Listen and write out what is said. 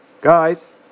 Guys